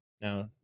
now